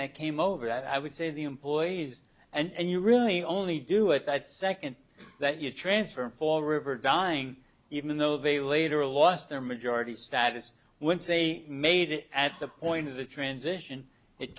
that came over i would say the employees and you really only do it that second that you transfer and for river dying even though they later lost their majority status once they made it at the point of the transition it